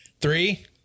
Three